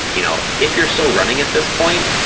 you know if you're still running at this point,